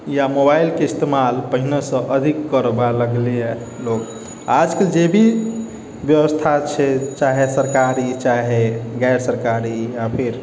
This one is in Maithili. या मोबाइलके इस्तेमाल पहिलेसँ अधिक करऽ लगलैए लोक आजकल जे भी बेबस्था छै चाहे सरकारी चाहे गैर सरकारी या फेर